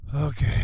okay